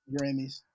Grammys